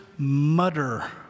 Mutter